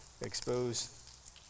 expose